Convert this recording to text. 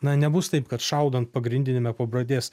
na nebus taip kad šaudant pagrindiniame pabradės